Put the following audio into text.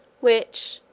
which,